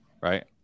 Right